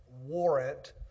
warrant